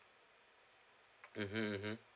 mmhmm mmhmm